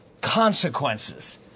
consequences